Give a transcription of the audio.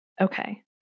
Okay